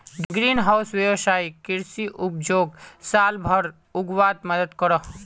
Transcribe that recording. green house वैवसायिक कृषि उपजोक साल भर उग्वात मदद करोह